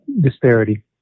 disparity